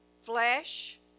Flesh